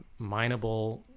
mineable